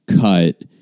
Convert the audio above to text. cut